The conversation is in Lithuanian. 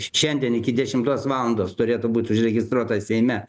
šiandien iki dešimtos valandos turėtų būt užregistruota seime